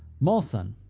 marsan,